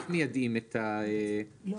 איך מיידעים את הלקוחות?